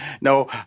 No